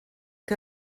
que